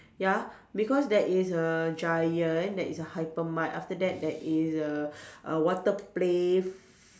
ya because there is a giant that is a hyper mart after that there is a uh water play f~